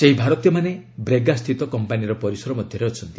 ସେହି ଭାରତୀୟମାନେ ବ୍ରେଗା ସ୍ଥିତ କମ୍ପାନୀର ପରିସର ମଧ୍ୟରେ ଅଛନ୍ତି